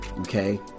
okay